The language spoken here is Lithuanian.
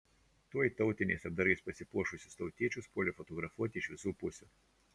tuoj tautiniais apdarais pasipuošusius tautiečius puolė fotografuoti iš visų pusių